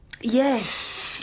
Yes